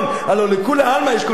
הלוא דכולי עלמא יש קונסנזוס,